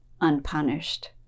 unpunished